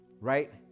right